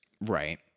Right